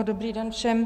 Dobrý den všem.